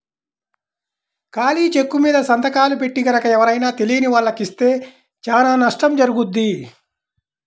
ఖాళీ చెక్కుమీద సంతకాలు పెట్టి గనక ఎవరైనా తెలియని వాళ్లకి ఇస్తే చానా నష్టం జరుగుద్ది